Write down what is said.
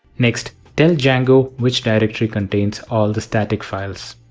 next tell django which directory contains all the static files.